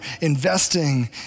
investing